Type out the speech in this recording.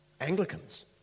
Anglicans